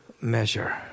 measure